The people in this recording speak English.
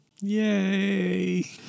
Yay